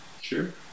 Sure